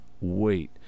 wait